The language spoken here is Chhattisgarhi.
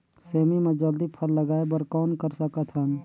सेमी म जल्दी फल लगाय बर कौन कर सकत हन?